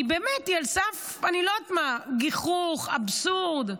היא באמת על סף גיחוך, אבסורד.